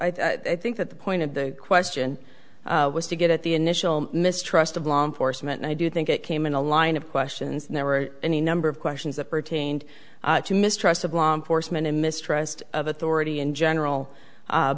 all i think that the point of the question was to get at the initial mistrust of law enforcement and i do think it came in a line of questions and there were any number of questions that pertained to mistrust of law enforcement and mistrust of authority in general